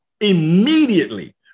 immediately